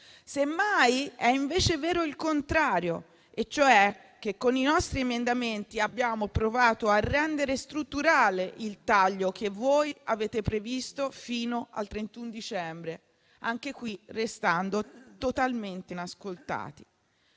Semmai è vero il contrario, e cioè che con i nostri emendamenti abbiamo provato a rendere strutturale il taglio che voi avete previsto fino al 31 dicembre, anche qui restando totalmente inascoltati.